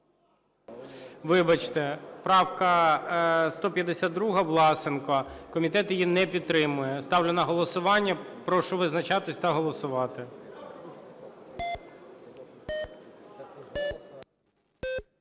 Вибачте. Правка 152, Власенко. Комітет її не підтримує. Ставлю на голосування. Прошу визначатись та голосувати.